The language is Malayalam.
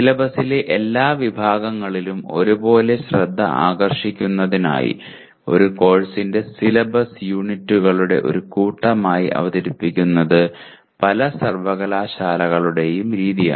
സിലബസിലെ എല്ലാ വിഭാഗങ്ങളിലും ഒരുപോലെ ശ്രദ്ധ ആകർഷിക്കുന്നതിനായി ഒരു കോഴ്സിന്റെ സിലബസ് യൂണിറ്റുകളുടെ ഒരു കൂട്ടമായി അവതരിപ്പിക്കുന്നത് പല സർവകലാശാലകളുടെയും രീതിയാണ്